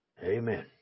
Amen